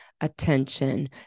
attention